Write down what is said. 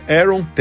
Aaron